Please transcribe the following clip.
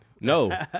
No